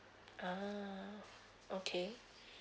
ah okay